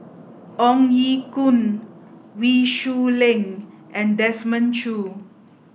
Ong Ye Kung Wee Shoo Leong and Desmond Choo